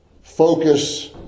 focus